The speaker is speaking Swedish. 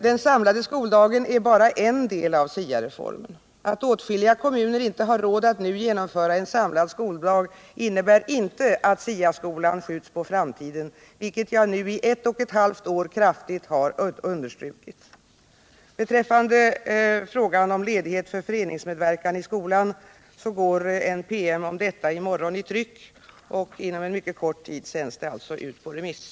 Den samlade skoldagen är bara en del av SIA-reformen. Att åtskilliga kommuner inte har råd att genomföra en samlad skoldag innebär inte att SIA skolan skjuts på framtiden, vilket jag nu i ett och ett halvt år kraftigt har understrukit. Beträffande frågan om ledighet för föreningsmedverkan i skolan kan jag meddela att en PM om detta i morgon går i tryck och inom mycket kort tid skall sändas ut på remiss.